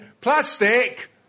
Plastic